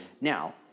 Now